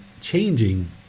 changing